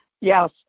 yes